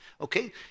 Okay